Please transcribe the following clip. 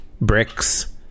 Bricks